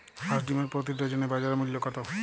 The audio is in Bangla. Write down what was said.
হাঁস ডিমের প্রতি ডজনে বাজার মূল্য কত?